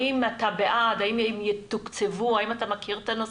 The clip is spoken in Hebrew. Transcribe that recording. האם אתה בעד, האם הן יתוקצבו, אתה מכיר את הנושא?